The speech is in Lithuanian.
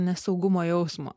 nesaugumo jausmo